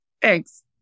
Thanks